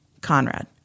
Conrad